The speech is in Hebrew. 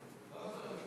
נקודות),